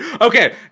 okay